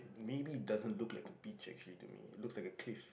maybe it doesn't look like a beach actually to me it looks like a cliff